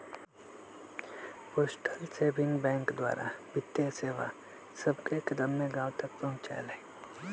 postal saving bank द्वारा वित्तीय सेवा सभके एक्दम्मे गाँव तक पहुंचायल हइ